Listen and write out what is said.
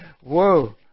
whoa